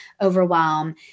overwhelm